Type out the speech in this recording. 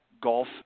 golf